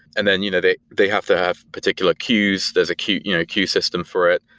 and then you know they they have to have particular queues. there's a queue you know queue system for it,